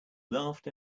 laughed